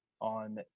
on